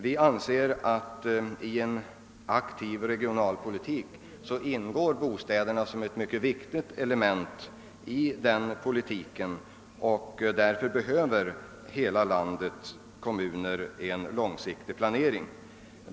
Vi anser att bostäderna ingår som ett mycket viktigt element i en aktiv regionalpolitik, och därför bör alla landets kommuner ha en långsiktig planering.